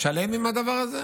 שלם עם הדבר הזה?